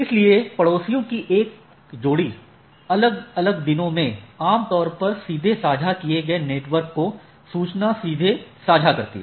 इसलिए पड़ोसियों की एक जोड़ी अलग अलग दिनों में आम तौर पर सीधे साझा किए गए नेटवर्क को सूचना सीधे साझा करती है